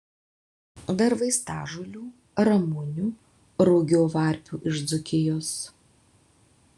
dar vaistažolių ramunių rugio varpų iš dzūkijos